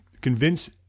convince